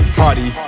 party